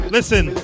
Listen